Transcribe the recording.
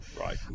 Right